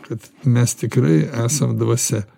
kad mes tikrai esam dvasia